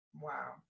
Wow